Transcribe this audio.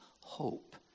hope